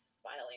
smiling